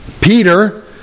Peter